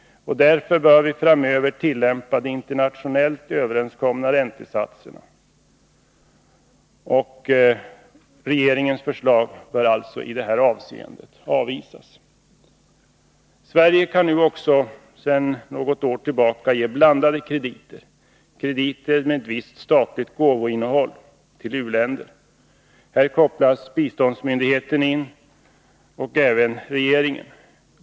Därför bör vi framöver tillämpa de internationellt överenskomna räntesatserna. Regeringens förslag i det här avseendet bör alltså avvisas. Sverige kan nu också sedan något år tillbaka ge blandade krediter, krediter med visst statligt gåvoinnehåll, till u-länder. Här kopplas biståndsmyndigheten in, och även regeringen.